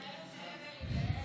משלם בריבית.